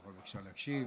אתה יכול, בבקשה, להקשיב?